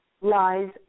lies